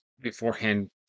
beforehand